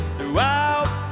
Throughout